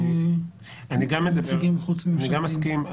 אני גם מסכים.